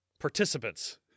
participants